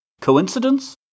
Coincidence